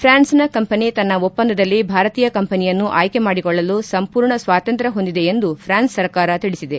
ಪ್ರಾನ್ಸ್ನ company ತನ್ನ ಒಪ್ಪಂದದಲ್ಲಿ ಭಾರತೀಯ ಕಂಪನಿಯನ್ನು ಆಯ್ಲೆ ಮಾಡಿಕೊಳ್ಳಲು ಸಂಪೂರ್ಣ ಸ್ವಾತಂತ್ರ ಹೊಂದಿದೆ ಎಂದು ಫ್ರಾನ್ಸ್ ಸರ್ಕಾರ ತಿಳಿಸಿದೆ